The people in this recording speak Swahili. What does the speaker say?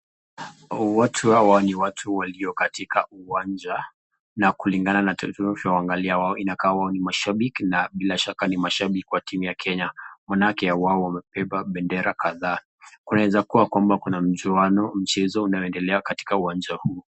Watu hawa ni watu walio katika uwanja na kulingana vile ukiwaangalia wao ni mashabiki na bila shaka ni mashabiki wa timu ya Kenya manake wao wamebeba bendera kadhaa. Kunaweza Kuwa kwamba kuna mchuano mchezo unao endelea katika uwanja huu.